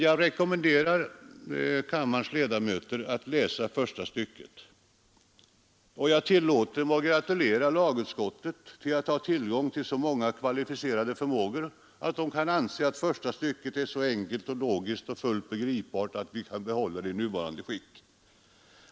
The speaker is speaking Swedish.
Jag rekommenderar kammarens ledamöter att läsa första stycket. Jag tillåter mig att gratulera lagutskottet som har tillgång till så många kvalificerade förmågor att de kan anse att första stycket är så enkelt och så logiskt och fullt begripbart att vi kan behålla det i nuvarande skick.